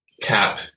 cap